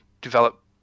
develop